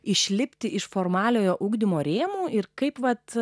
išlipti iš formaliojo ugdymo rėmų ir kaip vat